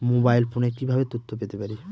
Mobile ফোনে কিভাবে তথ্য পেতে পারি?